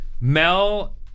Mel